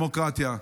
דמוקרטיה.